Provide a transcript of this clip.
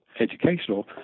educational